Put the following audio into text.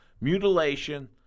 mutilation